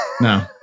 No